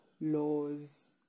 laws